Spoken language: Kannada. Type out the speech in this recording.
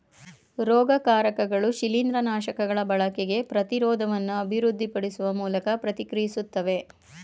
ರೋಗಕಾರಕಗಳು ಶಿಲೀಂದ್ರನಾಶಕಗಳ ಬಳಕೆಗೆ ಪ್ರತಿರೋಧವನ್ನು ಅಭಿವೃದ್ಧಿಪಡಿಸುವ ಮೂಲಕ ಪ್ರತಿಕ್ರಿಯಿಸ್ತವೆ